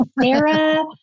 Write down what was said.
Sarah